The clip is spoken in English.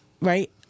Right